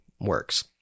works